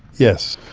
yes.